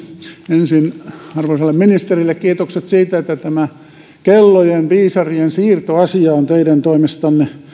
ensin arvoisalle ministerille kiitokset siitä että tämä kellonviisarien siirto asia on teidän toimestanne